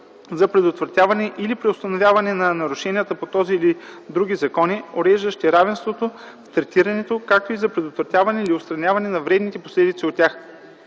за предотвратяване или преустановяване на нарушенията по този или по други закони, уреждащи равенство в третирането, както и за предотвратяване или отстраняване на вредните последици то тях.